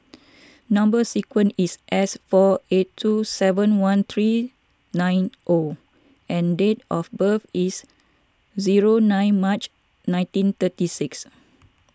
Number Sequence is S four eight two seven one three nine O and date of birth is zero nine March nineteen thirty six